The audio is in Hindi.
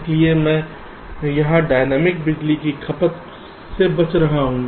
इसलिए मैं यहां डायनामिक बिजली की खपत से बच रहा हूं